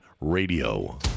Radio